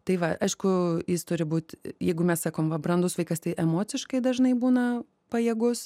tai va aišku jis turi būt jeigu mes sakom va brandus vaikas tai emociškai dažnai būna pajėgus